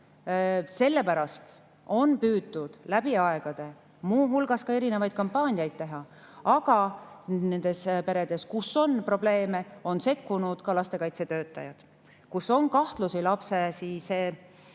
Sellepärast on püütud läbi aegade ka erinevaid kampaaniaid teha. Nendes peredes, kus on probleeme, on sekkunud ka lastekaitsetöötajad. Kui on kahtlusi lapse